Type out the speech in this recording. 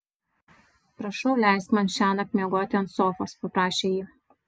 prašau leisk man šiąnakt miegoti ant sofos paprašė ji